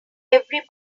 every